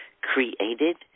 created